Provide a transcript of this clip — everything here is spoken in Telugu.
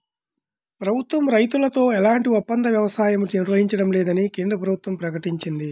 ప్రభుత్వం రైతులతో ఎలాంటి ఒప్పంద వ్యవసాయమూ నిర్వహించడం లేదని కేంద్ర ప్రభుత్వం ప్రకటించింది